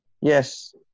yes